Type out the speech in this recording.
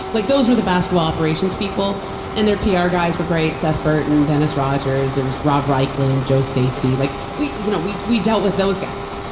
like those were the basketball operations people and their pr guys were great seth burton dennis rogers there was rob reich lynn jo safety like we you know we we dealt with those guys.